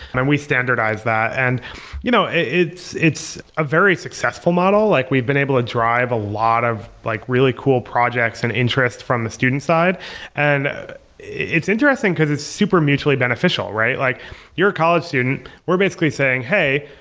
then we standardize that. and you know it's a a very successful model. like we've been able to drive a lot of like really cool projects and interest from the student side and it's interesting, because it's super mutually beneficial, right? like you're a college student, we're basically saying, hey,